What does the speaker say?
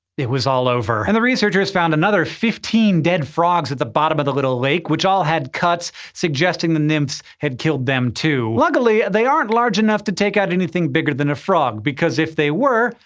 it was all over. and the researchers found another fifteen dead frogs at the bottom of the little lake, which all had cuts suggesting the nymphs had killed them, too. luckily, they aren't large enough to take out anything bigger than a frog because if they were,